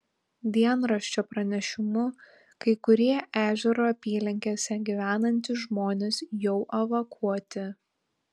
dienraščio pranešimu kai kurie ežero apylinkėse gyvenantys žmonės jau evakuoti